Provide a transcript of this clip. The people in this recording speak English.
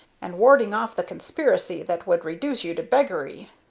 and warding off the conspiracy that would reduce you to beggary.